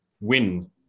Win